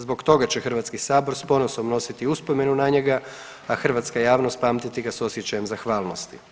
Zbog toga će HS s ponosom nositi uspomenu na njega, a hrvatska javnost pamtiti ga s osjećajem zahvalnosti.